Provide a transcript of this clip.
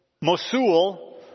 Mosul